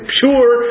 pure